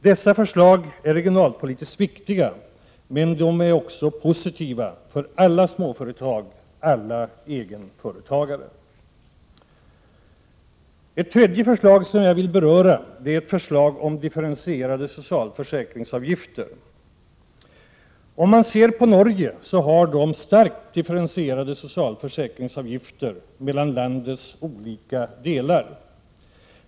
Dessa förslag är regionalpolitiskt viktiga, men de är också positiva för alla småföretag och egenföretagare. För det tredje vill jag beröra förslaget om differentierade socialförsäkringsavgifter. I Norge har man starkt differentierade socialförsäkringsavgifter i landets olika delar.